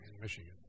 Michigan